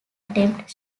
attempt